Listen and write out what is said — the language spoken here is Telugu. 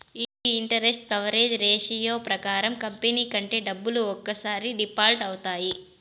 ఈ ఇంటరెస్ట్ కవరేజ్ రేషియో ప్రకారం కంపెనీ కట్టే డబ్బులు ఒక్కసారి డిఫాల్ట్ అవుతాయి